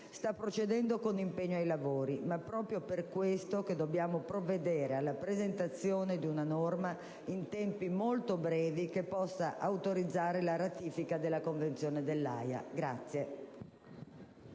sta procedendo con impegno ai lavori, ma è proprio per questo che dobbiamo provvedere alla presentazione di una norma in tempi molto brevi che autorizzi la ratifica della Convenzione dell'Aja.